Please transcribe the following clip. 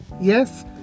yes